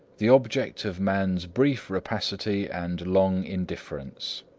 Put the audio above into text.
the object of man's brief rapacity and long indifference.